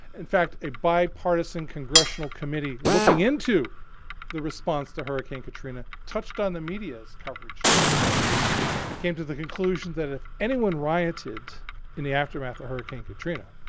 in fact, a bipartisan congressional committee looking in to the response to hurricane katrina touched on the media's coverage too. it came to the conclusion that if anyone rioted in the aftermath of hurricane katrina,